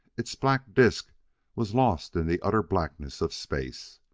its black disk was lost in the utter blackness of space.